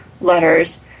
letters